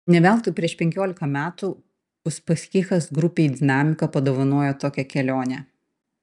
ne veltui prieš penkiolika metų uspaskichas grupei dinamika padovanojo tokią kelionę